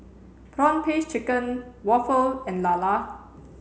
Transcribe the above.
prawn paste chicken waffle and Lala